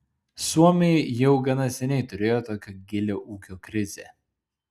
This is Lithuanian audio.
suomiai jau gana seniai turėjo tokią gilią ūkio krizę